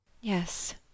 Yes